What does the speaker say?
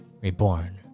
reborn